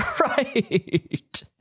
Right